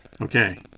Okay